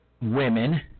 women